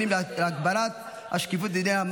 הוראת שעה,